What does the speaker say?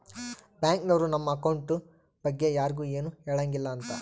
bank ನವ್ರು ನಮ್ account ಬಗ್ಗೆ ಯರ್ಗು ಎನು ಹೆಳಂಗಿಲ್ಲ ಅಂತ